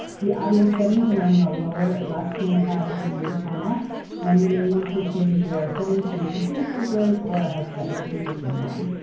the audio settings and are on the lower left-hand side of the zoom panel and you may need to change your settings to computer speakers or a headset if you're using one.